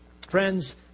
Friends